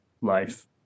life